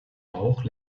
bauch